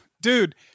dude